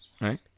right